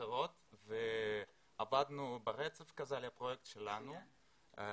אחרות אלא עבדנו ברצף על הפרויקט שלנו.